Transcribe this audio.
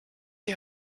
die